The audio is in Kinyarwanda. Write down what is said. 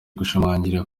gushimangira